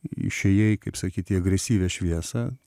išėjai kaip sakyt į agresyvią šviesą